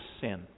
sin